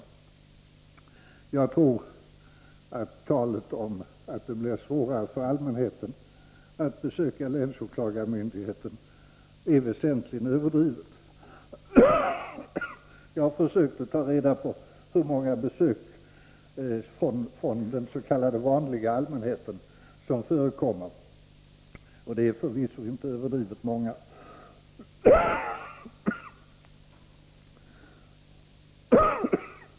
Jag tror att talet om att det blir svårare för allmänheten att besöka länsåklagarmyndigheten är väsentligt överdrivet. Jag har försökt ta reda på hur många besök från den s.k. vanliga allmänheten som förekommer, och det är förvisso inte överdrivet många.